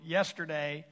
Yesterday